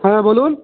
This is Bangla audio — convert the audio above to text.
হ্যাঁ বলুন